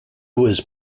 was